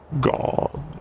God